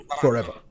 forever